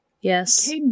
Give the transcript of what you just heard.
yes